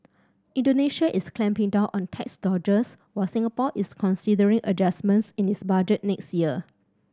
Indonesia is clamping down on tax dodgers while Singapore is considering adjustments in its budget next year